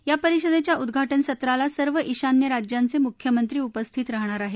या परिषदेच्या उद्घाटन सत्राला सर्व ईशान्य राज्यांचे मुख्यमंत्री उपस्थित राहणार आहेत